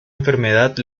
enfermedad